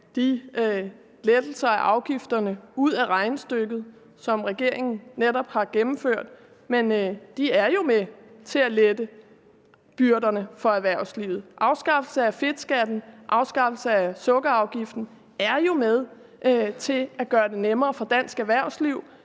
de lettelser og afgifter ud af regnestykket, som regeringen netop har gennemført, men de er jo med til at lette byrderne for erhvervslivet. Afskaffelsen af fedtskatten og afskaffelsen af sukkerafgiften er jo med til at gøre det nemmere for dansk erhvervsliv.